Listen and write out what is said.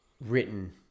written